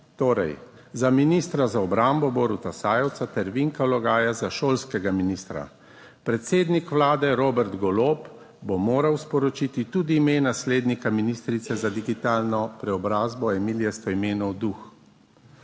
torej za ministra za obrambo Boruta Sajovica ter Vinka Logaja za šolskega ministra. Predsednik Vlade Robert Golob bo moral sporočiti tudi ime naslednika ministrice za digitalno preobrazbo Emilije Stojmenova Duh.